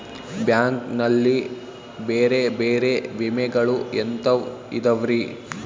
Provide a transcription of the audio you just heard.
Bank ನಲ್ಲಿ ಬೇರೆ ಬೇರೆ ವಿಮೆಗಳು ಎಂತವ್ ಇದವ್ರಿ?